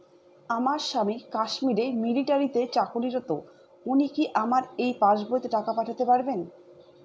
আমার স্বামী কাশ্মীরে মিলিটারিতে চাকুরিরত উনি কি আমার এই পাসবইতে টাকা পাঠাতে পারবেন?